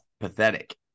pathetic